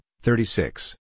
thirty-six